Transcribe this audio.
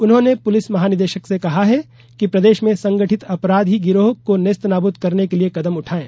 उन्होंने पुलिस महानिदेशक से कहा है कि प्रदेश में संगठित अपराधी गिरोह को नेस्तानाबूद करने के लिए कदम उठाएँ